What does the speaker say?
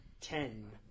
Ten